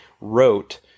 wrote